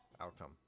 outcome